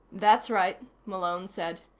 that's right, malone said.